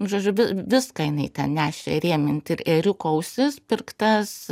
žodžiu vi viską jinai ten nešė rėmint ir ėriuko ausis pirktas